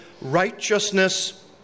righteousness